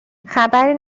خبری